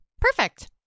perfect